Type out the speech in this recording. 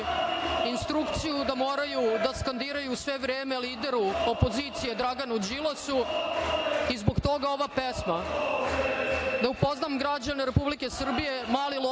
instrukciju da moraju da skandiraju sve vreme lideru opozicije Draganu Đilasu i zbog toga ova pesma. Da upoznam građane Republike Srbije, mali lopov